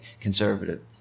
conservative